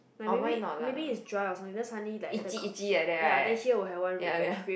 like maybe maybe it's dry or something then suddenly like a the k~ ya then here will have one red patch red